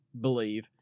believe